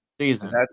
season